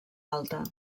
alta